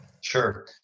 Sure